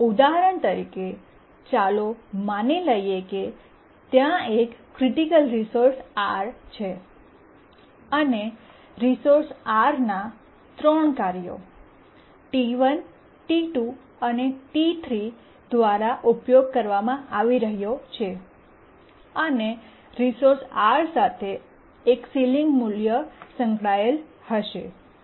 ઉદાહરણ તરીકે ચાલો માની લઈએ કે ત્યાં એક ક્રિટિકલ રિસોર્સ R છે અને રિસોર્સ Rનો 3 કાર્યો T1 T2 અને T3 દ્વારા ઉપયોગ કરવામાં આવી રહ્યો છે અને રિસોર્સ R સાથે એક સીલીંગ મૂલ્ય સંકળાયેલ હશે Ceilmax−prioT1 T2 T3